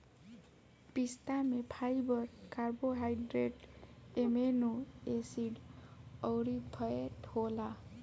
पिस्ता में fibre, carbohydrate, amino acid अउरी फैट होला